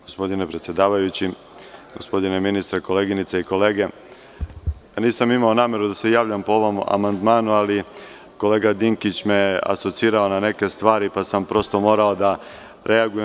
Gospodine predsedavajući, gospodine ministre, koleginice i kolege, nisam imao nameru da se javljam po ovom amandmanu, ali kolega Dinkić me je asocirao na neke stvari, pa sam prosto morao da reagujem.